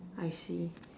I see